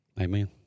Amen